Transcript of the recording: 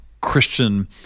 Christian